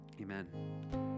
amen